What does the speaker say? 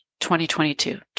2022